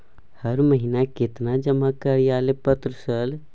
हर महीना केतना जमा कार्यालय पत्र सर?